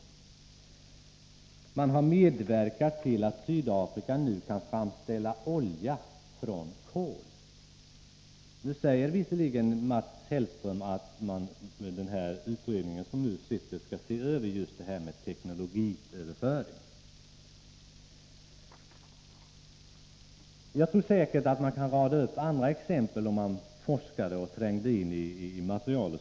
Svenska företag har medverkat till att Sydafrika nu kan framställa olja från kol. Jag tror säkert att man kunde rada upp andra exempel på sådana här teknologiöverföringar från svenska företag till Sydafrikas regim, om man forskade och trängde in i material.